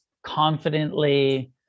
confidently